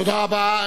תודה רבה.